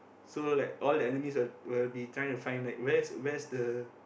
so like all the enemies will will be trying to find like where's where's the